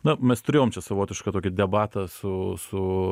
na mes turėjom čia savotišką tokį debatą su su